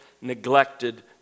neglected